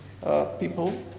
people